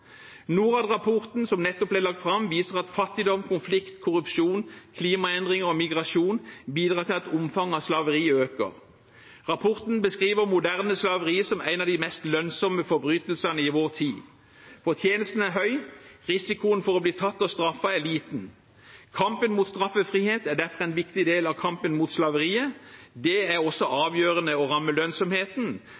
Norad-rapporten som nettopp ble lagt fram, viser at fattigdom, konflikt, korrupsjon, klimaendringer og migrasjon bidrar til at omfanget av slaveri øker. Rapporten beskriver moderne slaveri som en av de mest lønnsomme forbrytelsene i vår tid. Fortjenesten er høy; risikoen for å bli tatt og straffet er liten. Kampen mot straffrihet er derfor en viktig del av kampen mot slaveriet. Det er også